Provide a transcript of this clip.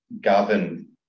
govern